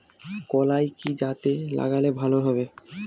কলাই কি জাতে লাগালে ভালো হবে?